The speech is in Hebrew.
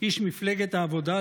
איש מפלגת העבודה,